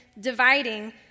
dividing